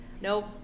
Nope